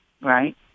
right